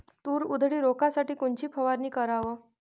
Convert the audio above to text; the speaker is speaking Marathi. तूर उधळी रोखासाठी कोनची फवारनी कराव?